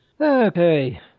Okay